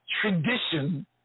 tradition